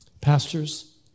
pastors